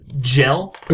gel